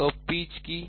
তো পিচ কী